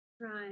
Right